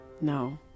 No